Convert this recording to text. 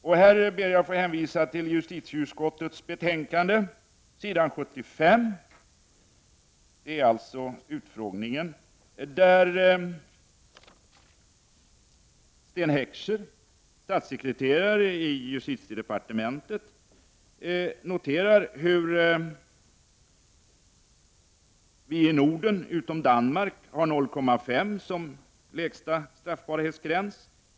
Här ber jag att få hänvisa till justitieutskottets betänkande, s. 75. Det är alltså utfrågningen. Där noterar Sten Heckscher, statssekreterare i justitiedepartementet, hur vi i Norden, utom Danmark, har 0,5 som lägsta straffbarhetsgräns.